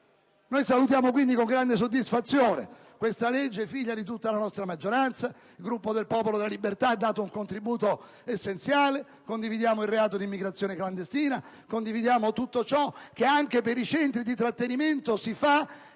Salutiamo quindi con grande soddisfazione questa legge, figlia di tutta la nostra maggioranza. Il Gruppo del Popolo della Libertà ha dato un contributo essenziale; condividiamo il reato di immigrazione clandestina, condividiamo tutto ciò che si fa per i centri di identificazione ed